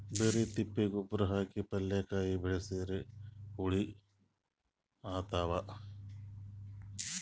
ಬರಿ ತಿಪ್ಪಿ ಗೊಬ್ಬರ ಹಾಕಿ ಪಲ್ಯಾಕಾಯಿ ಬೆಳಸಿದ್ರ ಹುಳ ಹತ್ತತಾವ?